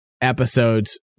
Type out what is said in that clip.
episodes